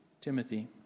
Timothy